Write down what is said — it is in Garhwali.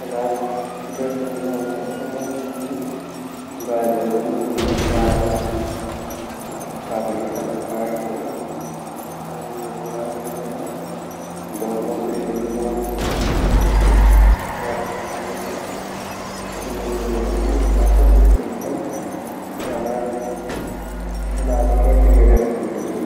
सलाद ड्रेसिंग बंडोडो ते हम गाजर मूली प्याज़ सब काट द्योंदा अर वेगा बाद वेमा घोर मु पिस्युं लवोंड जु ची वेते थोड़ा ढाई ते अच्छे से मिले दयोला यु हमा सबसे सिंपल सलाद ड्रेसिंगए रेसेपी वे जोली।